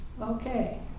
Okay